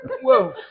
whoa